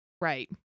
Right